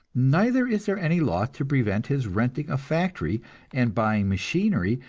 neither is there any law to prevent his renting a factory and buying machinery,